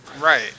right